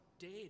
dead